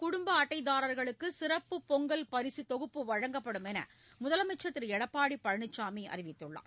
குடும்ப அட்டைதாரர்களுக்கு சிறப்பு பொங்கல் பரிசுத் தொகுப்பு வழங்கப்படும் முதலமைச்சர் என்று திரு எடப்பாடி பழனிசாமி அறிவித்துள்ளார்